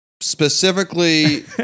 specifically